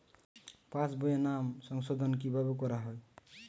পাশ বইয়ে নাম সংশোধন কিভাবে করা হয়?